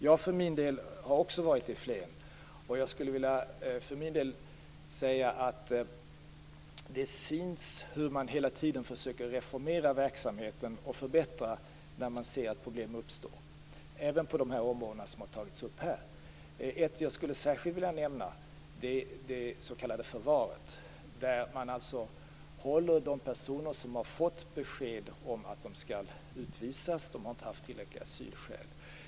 Jag har också varit i Flen. Jag skulle för min del vilja säga att det syns hur man hela tiden försöker reformera verksamheten och förbättra den när man ser att problem uppstår, även på de områden som har tagits upp här. En sak jag särskilt skulle vilja nämna är det s.k. förvaret, där man alltså håller de personer som har fått besked om att de skall utvisas. De har inte haft tillräckliga asylskäl.